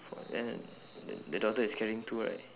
four then the the daughter is carrying two right